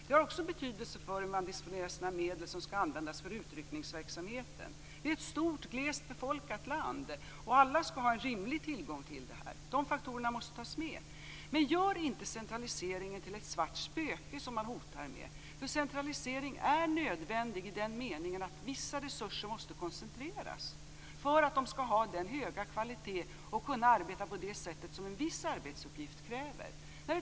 Det har betydelse för hur man disponerar sina medel för utryckningsverksamhet. Vi har ett stort, glest befolkat land, och alla skall ha en rimlig tillgång till detta. Men gör inte centraliseringen till ett svart spöke att hota med. Centralisering är nödvändig i meningen att vissa resurser måste koncentreras för att verksamheten skall kunna hålla en hög kvalitet och fungera på det sätt som en viss arbetsuppgift kräver.